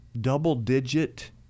double-digit